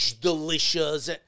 delicious